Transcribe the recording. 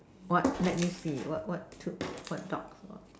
what let you see what what took what dogs were